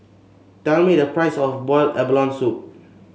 tell me the price of boil abalone soup